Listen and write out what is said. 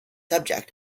object